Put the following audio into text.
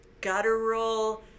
guttural